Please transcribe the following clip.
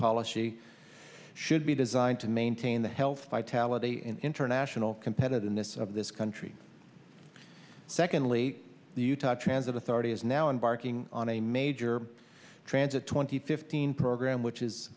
policy should be designed to maintain the health vitality and international competitiveness of this country secondly the utah transit authority is now embarking on a major transit twenty fifteen program which